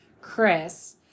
Chris